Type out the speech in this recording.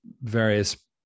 various